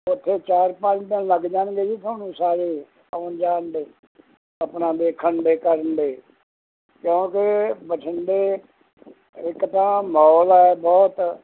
ਉੱਥੇ ਚਾਰ ਪੰਜ ਦਿਨ ਲੱਗ ਜਾਣਗੇ ਜੀ ਤੁਹਾਨੂੰ ਸਾਰੇ ਆਉਣ ਜਾਣ ਦੇ ਆਪਣਾ ਦੇਖਣ ਦੇ ਕਰਨ ਦੇ ਕਿਉਂਕਿ ਬਠਿੰਡੇ ਇੱਕ ਤਾਂ ਮੌਲ ਹੈ ਬਹੁਤ